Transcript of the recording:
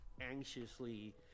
anxiously